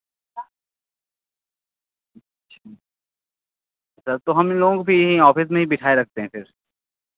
sir तो हम इन लोगों को फिर यहीं ऑफिस में हीं बिठाए रखते हैं फिर